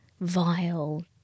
vile